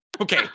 Okay